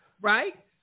Right